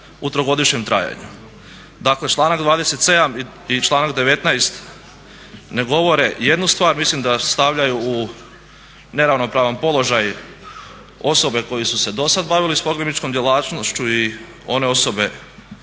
u trogodišnjem trajanju. Dakle članak 27. i članak 19. ne govore jednu stvar. Mislim da stavljaju u neravnopravan položaj osobe koje su se do sada bavile sa pogrebničkom djelatnošću i one osobe